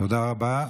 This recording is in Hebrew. תודה רבה.